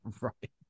right